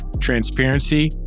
transparency